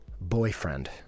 boyfriend